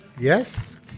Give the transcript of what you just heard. Yes